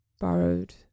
borrowed